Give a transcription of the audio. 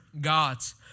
God's